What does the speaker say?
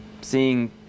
seeing